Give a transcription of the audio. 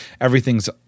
everything's